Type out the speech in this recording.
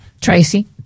Tracy